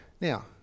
Now